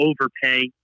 overpay